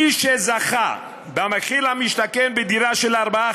מי שזכה במחיר למשתכן בדירה של ארבעה